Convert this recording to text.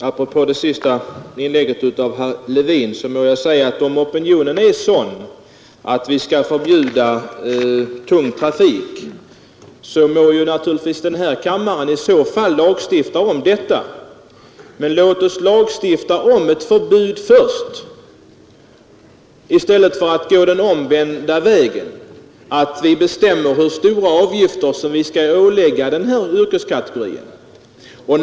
Herr talman! Apropå herr Levins senaste inlägg måste jag säga att om opinionen är sådan att vi skall förbjuda tung trafik, må denna kammare lagstifta om detta. Men låt oss först lagstifta om ett förbud i stället för att gå den omvända vägen och bestämma vilka avgifter vi skall ålägga just denna yrkeskategori.